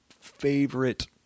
favorite